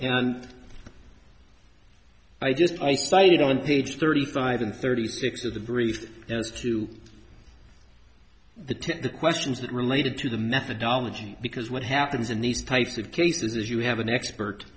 and i just i cited on page thirty five and thirty six of the brief as to the to the questions that related to the methodology because what happens in these types of cases is you have an expert